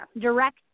direct